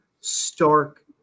stark